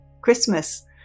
Christmas